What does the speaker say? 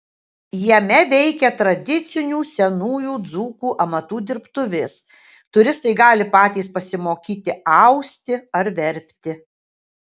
jame veikia tradicinių senųjų dzūkų amatų dirbtuvės turistai gali patys pasimokyti austi ar verpti